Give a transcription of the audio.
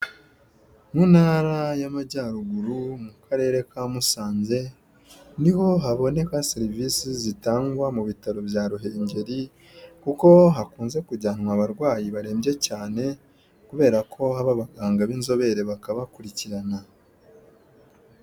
Mu ntara y'Amajyaruguru mu karere ka Musanze, niho haboneka serivisi zitangwa mu bitaro bya ruhengeri; kuko hakunze kujyanwa abarwayi barembye cyane kubera ko haba abaganga b'inzobere bakabakurikirana.